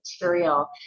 material